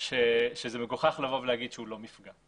שזה מגוחך להגיד שהוא לא מפגע.